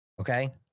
Okay